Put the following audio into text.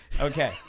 Okay